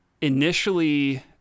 initially